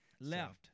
Left